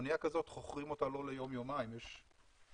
אנייה כזאת חוכרים אותה לא ליום, יומיים, יש הסכם.